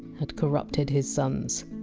had corrupted his sons.